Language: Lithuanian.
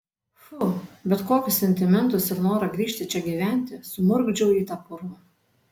fu bet kokius sentimentus ir norą grįžti čia gyventi sumurgdžiau į tą purvą